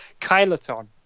Kyloton